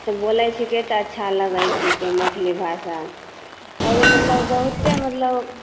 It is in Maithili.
तऽ बोलैत छिकै तऽ अच्छा लगैत छिकै मैथिली भाषा आओरो मतलब बहुतेक मतलब